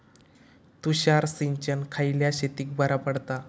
तुषार सिंचन खयल्या शेतीक बरा पडता?